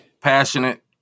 passionate